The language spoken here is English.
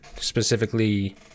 specifically